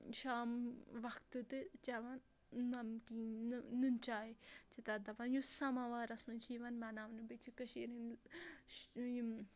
شامہٕ وَقتہٕ تہِ چٮ۪وان نَمکیٖن نہَ نُنہٕ چاے چھِ تَتھ دَپان یُس سَمَاوارَس منٛز چھِ یِوان بَناونہٕ بیٚیہِ چھِ کٔشیٖرِ ہٕنٛدۍ یِم